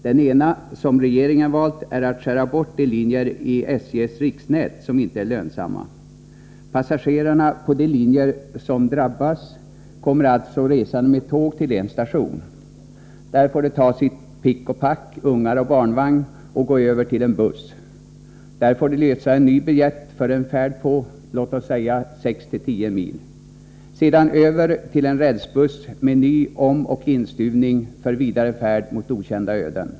Den ena, som regeringen valt, är att skära bort de linjer i SJ:s riksnät som inte är lönsamma. Passagerarna på de linjer som drabbas kommer alltså resande med tåg till en station. Där får de ta sitt pick och pack, ungar och barnvagn och gå över till en buss. Där får de lösa en ny biljett för en färd på, låt oss säga 6-10 mil — sedan över till en rälsbuss, med ny omoch instuvning för vidare färd mot okända öden.